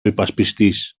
υπασπιστής